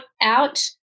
out